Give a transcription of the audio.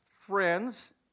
friends